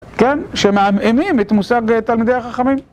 כן? שמעמעמים את מושג תלמידי החכמים.